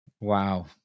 Wow